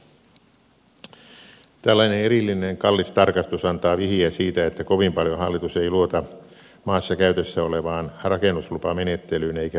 tällainen erillinen kallis tarkastus antaa vihiä siitä että kovin paljon hallitus ei luota maassa käytössä olevaan rakennuslupamenettelyyn ei kä rakennusvalvontaan